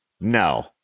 No